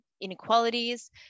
inequalities